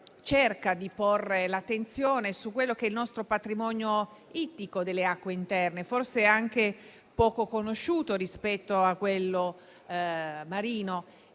cerca di porre l'attenzione sul patrimonio ittico delle nostre acque interne, forse anche poco conosciuto rispetto a quello marino.